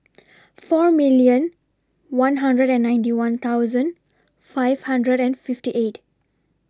four million one hundred and ninety one thousand five hundred and fifty eight